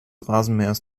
rasenmähers